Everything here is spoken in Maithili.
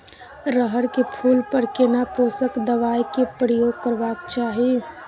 रहर के फूल पर केना पोषक दबाय के प्रयोग करबाक चाही?